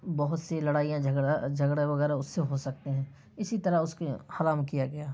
بہت سی لڑائیاں جھگڑا جھگڑا وغیرہ اس سے ہوسکتے ہیں اسی طرح اس کو حرام كیا گیا ہے